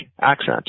accent